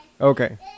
Okay